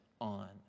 on